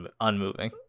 unmoving